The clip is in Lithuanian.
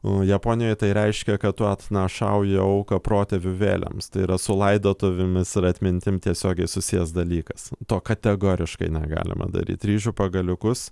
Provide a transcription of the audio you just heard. nu japonijoj tai reiškia kad tu atnašauji auką protėvių vėlėms tai yra su laidotuvėmis ir atmintim tiesiogiai susijęs dalykas to kategoriškai negalima daryti ryžių pagaliukus